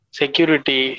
security